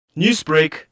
Newsbreak